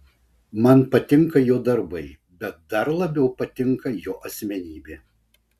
man patinka jo darbai bet dar labiau man patinka jo asmenybė